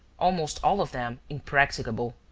almost all of them impracticable,